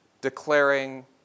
declaring